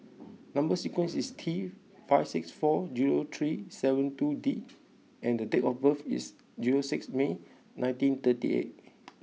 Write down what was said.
number sequence is T five six four zero three seven two D and the date of birth is zero six May nineteen thirty eight